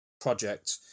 project